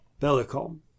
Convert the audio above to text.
Bellicom